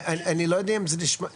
אני לא יודע אם זה עדיף,